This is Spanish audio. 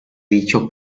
dicho